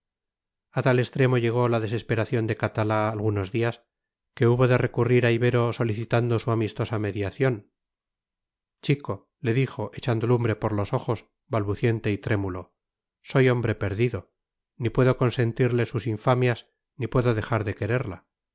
a tal extremo llegó la desesperación de catalá algunos días que hubo de recurrir a ibero solicitando su amistosa mediación chico le dijo echando lumbre por los ojos balbuciente y trémulo soy hombre perdido ni puedo consentirle sus infamias ni puedo dejar de quererla